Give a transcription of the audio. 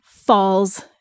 Falls